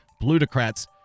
plutocrats